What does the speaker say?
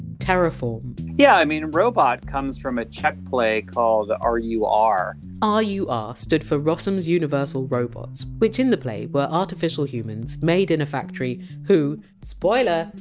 terraform yeah. i mean! robot! comes from a czech play called r u r r u r. stood for rossum! s universal robots', which in the play were artificial humans made in a factory, who spoiler!